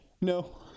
No